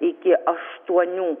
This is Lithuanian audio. iki aštuonių